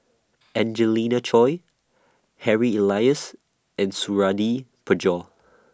Angelina Choy Harry Elias and Suradi Parjo